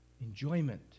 Enjoyment